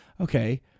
okay